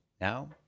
Now